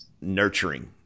nurturing